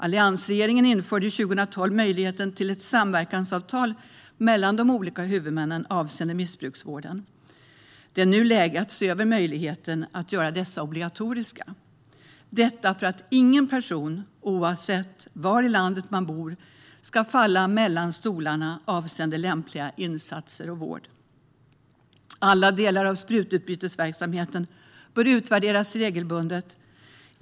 Alliansregeringen införde 2012 möjligheten till samverkansavtal mellan de olika huvudmännen avseende missbruksvården. Det är nu läge att se över möjligheten att göra dessa obligatoriska så att ingen person, oavsett var i landet man bor, ska falla mellan stolarna när det gäller lämpliga insatser och vård. Alla delar av sprututbytesverksamheten bör utvärderas regelbundet.